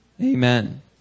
Amen